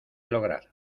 lograr